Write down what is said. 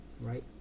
right